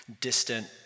distant